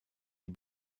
die